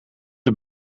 een